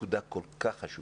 נקודה כל כך חשובה.